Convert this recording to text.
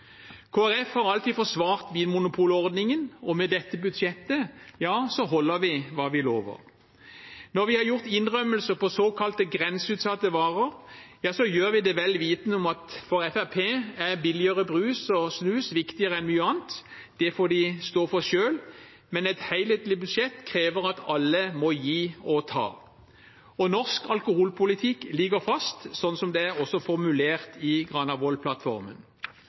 har alltid forsvart vinmonopolordningen, og med dette budsjettet holder vi det vi lover. Når vi har gjort innrømmelser om såkalte grenseutsatte varer, gjør vi det vel vitende om at for Fremskrittspartiet er billigere brus og snus viktigere enn mye annet. Det får de stå for selv, men et helhetlig budsjett krever at alle må gi og ta. Norsk alkoholpolitikk ligger fast, sånn som det også er formulert i